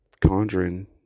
conjuring